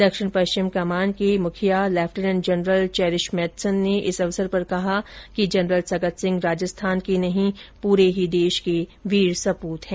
दक्षिण पश्चिम कमान के मुखिया लेफ्टिनेंट जनरल चेरिश मेथ्सन ने इस अवसर पर कहा कि जनरल सगत सिंह राजस्थान के ही नहीं पूरे देश के वीर सपूत है